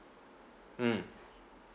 mm